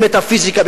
במטאפיזיקה,